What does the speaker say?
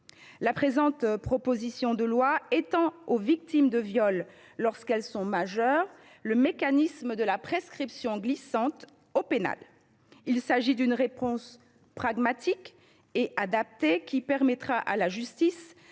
La présente proposition de loi étend aux victimes de viol, lorsqu’elles sont majeures, le mécanisme de la prescription glissante existant sur le plan pénal. Il s’agit d’une réponse pragmatique et adaptée, qui permettra à la justice